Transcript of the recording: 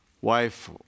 wife